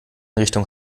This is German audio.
richtung